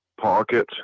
pocket